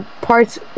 parts